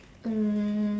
um